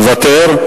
מוותר.